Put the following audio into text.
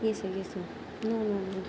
yes sir yes sir no no no